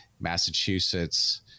Massachusetts